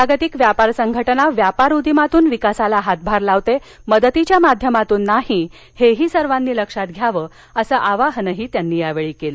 जागतिक व्यापार संघटना व्यापार उदीमातून विकासाला हातभार लावते मदतीच्या माध्यमातून नाही हे ही सर्वानी लक्षात घ्यावं असं आवाहनही त्यांनी यावेळी केलं